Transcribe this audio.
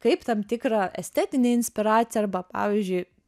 kaip tam tikrą estetinę inspiraciją arba pavyzdžiui